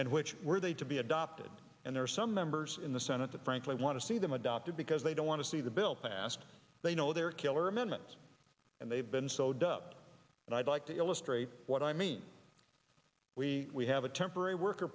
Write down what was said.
and which were they to be adopted and there are some members in the senate that frankly want to see them adopted because they don't want to see the bill passed they know their killer amendments and they've been so dubbed and i'd like to illustrate what i mean we we have a temporary worker